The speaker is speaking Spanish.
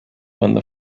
cuando